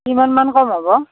কিমানমান কম হ'ব